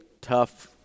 tough